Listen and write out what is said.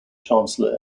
chancellor